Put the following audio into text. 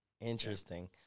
Interesting